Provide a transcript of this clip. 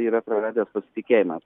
yra praradęs pasitikėjimą